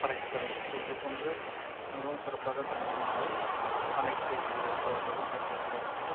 படைத்தல் ஸோ இது போன்ற மிகவும் சிறப்பாக தமிழ் மொழியே அனைத்து துறைகளிலும் பயன்படுத்துகிறார்கள்